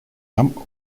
нам